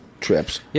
trips